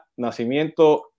Nacimiento